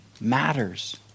matters